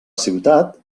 ciutat